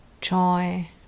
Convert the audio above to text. joy